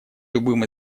любым